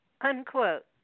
Unquote